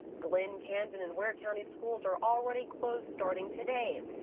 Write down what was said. the land candid in ware county schools are already closed starting today.